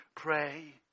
Pray